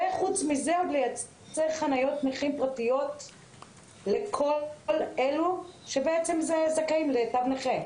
וחוץ מזה עוד לייצר חניות נכים פרטיות לכל אלו שזכאים לתו נכה